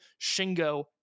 Shingo